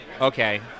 okay